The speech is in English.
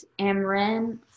Amren